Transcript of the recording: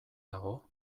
dago